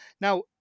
Now